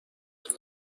لعاب